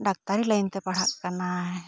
ᱰᱟᱠᱴᱟᱨᱤ line ᱛᱮ ᱯᱟᱲᱦᱟᱜ ᱠᱟᱱᱟᱭ